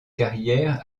carrière